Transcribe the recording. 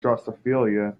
drosophila